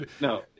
no